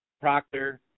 Proctor